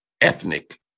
ethnic